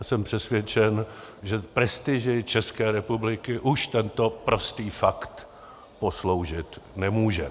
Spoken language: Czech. A jsem přesvědčen, že prestiži České republiky už tento prostý fakt posloužit nemůže.